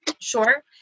Sure